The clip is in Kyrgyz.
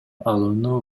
алууну